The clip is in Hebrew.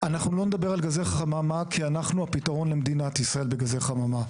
כי אנחנו הפתרון למדינת ישראל בגזי חממה,